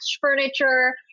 furniture